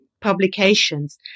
publications